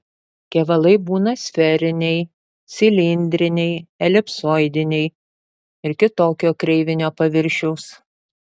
kevalai būna sferiniai cilindriniai elipsoidiniai ir kitokio kreivinio paviršiaus